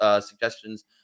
suggestions